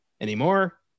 anymore